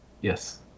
Yes